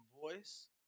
Voice